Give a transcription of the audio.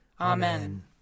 Amen